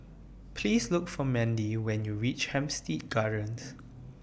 Please Look For Mandie when YOU REACH Hampstead Gardens